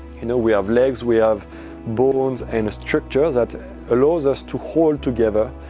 you know, we have legs, we have bones and structure that allows us to hold together,